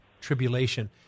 Tribulation